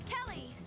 Kelly